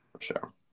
sure